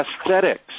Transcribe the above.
aesthetics